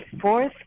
fourth